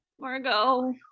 Margot